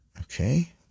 Okay